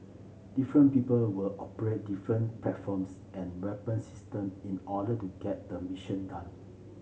different people will operate different platforms and weapon system in order to get the mission done